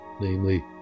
namely